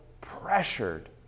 pressured